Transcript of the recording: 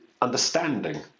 understanding